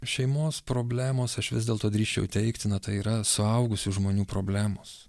šeimos problemos aš vis dėlto drįsčiau teigti na tai yra suaugusių žmonių problemos